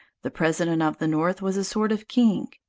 the president of the north was a sort of king.